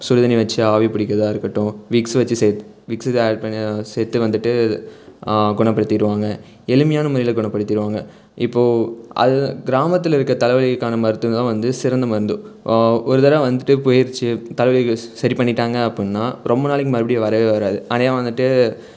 சுடு தண்ணி வச்சு ஆவி பிடிக்கிறதா இருக்கட்டும் விக்ஸ் வெச்சு சே விக்ஸஸ் ஆட் பண்ணி அதை சேர்த்து வந்துட்டு குணப்படுத்திடுவாங்க எளிமையான முறையில் குணப்படுத்திவிடுவாங்க இப்போது அது கிராமத்தில் இருக்க தலை வலிக்கான மருந்துவம் தான் வந்து சிறந்த மருந்து ஒரு தடவ வந்துட்டு போயிடுச்சி தலை வலிக்கு சரி பண்ணிவிட்டாங்க அப்புடின்னா ரொம்ப நாளைக்கு மறுபடி வரவே வராது அதே வந்துட்டு